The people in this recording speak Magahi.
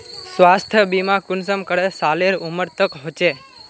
स्वास्थ्य बीमा कुंसम करे सालेर उमर तक होचए?